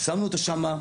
שמנו אותו שם.